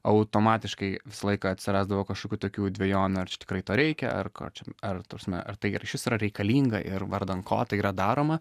automatiškai visą laiką atsirasdavo kažkokių tokių dvejonių ar čia tikrai to reikia ar ko čia ar ta prasme ar tai yra išvis yra reikalinga ir vardan ko tai yra daroma